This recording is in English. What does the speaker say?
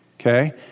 Okay